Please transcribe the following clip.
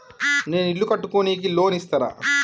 నేను ఇల్లు కట్టుకోనికి లోన్ ఇస్తరా?